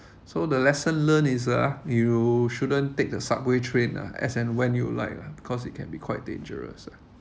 so the lesson learnt is uh you shouldn't take the subway train ah as and when you like lah because it can be quite dangerous ah